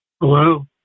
Hello